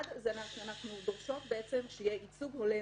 אחד, אנחנו דורשות בעצם שיהיה ייצוג הולם